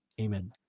amen